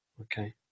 Okay